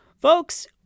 Folks